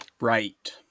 Right